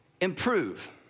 improve